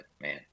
man